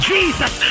Jesus